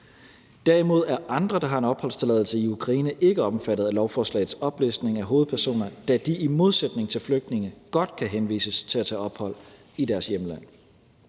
Derimod er andre, der har en opholdstilladelse i Ukraine, ikke omfattet af lovforslagets oplistning af hovedpersoner, da de i modsætning til flygtninge godt kan henvises til at tage ophold i deres hjemland.